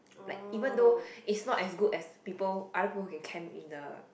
like even though it's not as good as people other people who can camp in the